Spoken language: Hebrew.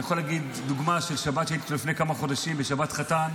אני יכול לתת דוגמה של שבת שהייתי איתו לפני כמה חודשים בשבת חתן.